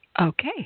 Okay